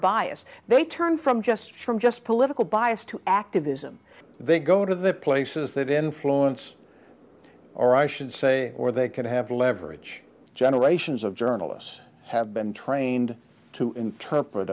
bias they turn from just from just political bias to activism they go to the places that influence or i should say or they can have leverage generations of journalists have been trained to interpret